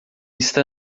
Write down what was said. está